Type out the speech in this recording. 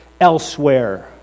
elsewhere